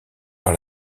par